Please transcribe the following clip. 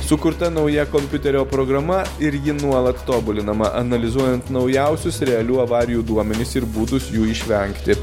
sukurta nauja kompiuterio programa irgi nuolat tobulinama analizuojant naujausius realių avarijų duomenis ir būdus jų išvengti